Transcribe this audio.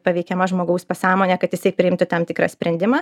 paveikiama žmogaus pasąmonė kad jisai priimtų tam tikrą sprendimą